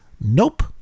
nope